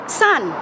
sun